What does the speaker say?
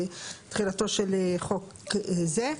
תחילתו של חוק זה.